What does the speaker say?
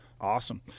Awesome